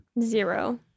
Zero